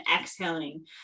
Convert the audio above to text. exhaling